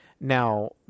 Now